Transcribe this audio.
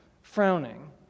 frowning